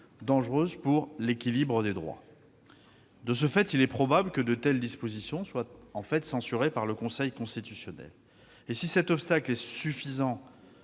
dangereuse pour l'équilibre des droits. De ce fait, il est probable que de telles dispositions soient censurées par le Conseil constitutionnel. Si cet obstacle est suffisant